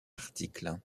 article